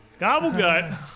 Gobblegut